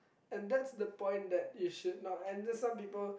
and that's the point that you should not and then some people